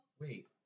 Wait